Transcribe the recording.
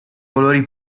colori